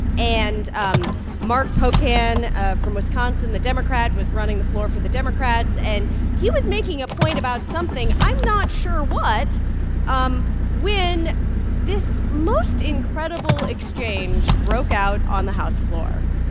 and um mark pocan from wisconsin, the democrat, was running the floor for the democrats. and he was making a point about something i'm not sure what um when this most incredible exchange broke out on the house floor.